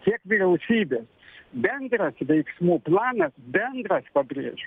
tiek vyriausybės bendras veiksmų planas bendras pabrėžiu